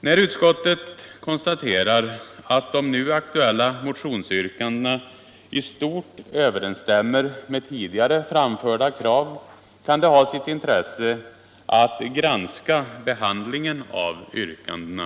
När utskottet konstaterar att de nu aktuella motionsyrkandena i stort överensstämmer med tidigare framförda krav kan det ha sitt intresse att granska behandlingen av yrkandena.